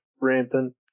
rampant